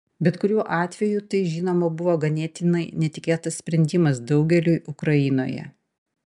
bet kuriuo atveju tai žinoma buvo ganėtinai netikėtas sprendimas daugeliui ukrainoje